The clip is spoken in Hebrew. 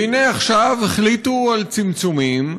והנה עכשיו החליטו על צמצומים,